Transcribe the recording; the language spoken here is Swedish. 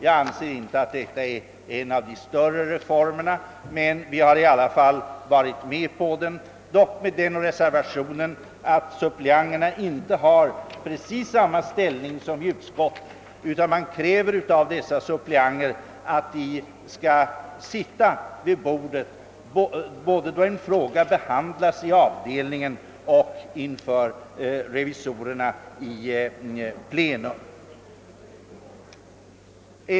Jag anser inte att det är en av de större reformerna men vi har i alla fall varit med om reformen, dock med den reservationen att suppleanterna inte har precis samma ställning som i utskott, utan det krävs av dessa suppleanter att de skall sitta vid bordet både då en fråga behandlas i avdelning och inför revisorerna i plenum.